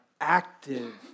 active